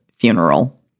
Funeral